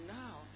now